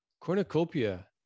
cornucopia